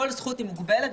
כל זכות היא מוגבלת,